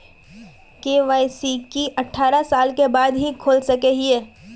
KYC की अठारह साल के बाद ही खोल सके हिये?